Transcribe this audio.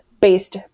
based